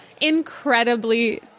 incredibly